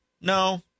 No